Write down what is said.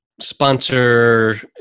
sponsor